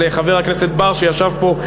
לחבר הכנסת בר שישב פה,